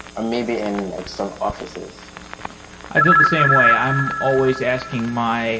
or maybe in like some offices i feel the same way. i'm always asking my